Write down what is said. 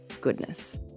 goodness